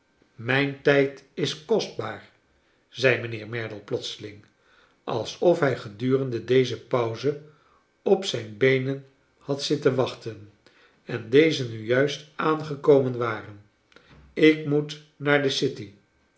mijn tijd is kostbaar zei mijnheer merdle plotseling alsof hij gedurende deze pauze op zijn beenen had zitten wachten en deze nu juist aangekomen waren ik moet naar de city